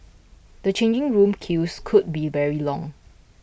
the changing room queues could be very long